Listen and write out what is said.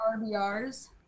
RBRs